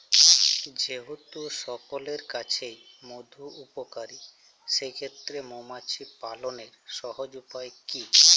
যেহেতু সকলের কাছেই মধু উপকারী সেই ক্ষেত্রে মৌমাছি পালনের সহজ উপায় কি?